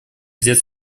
взять